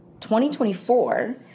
2024